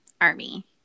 army